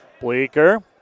Bleeker